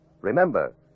Remember